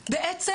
בעצם,